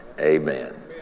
amen